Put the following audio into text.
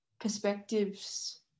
perspectives